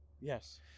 Yes